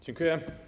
Dziękuję.